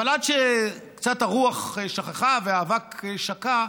אבל עד שהרוח קצת שככה והאבק שקע,